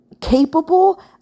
capable